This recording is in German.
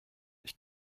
ich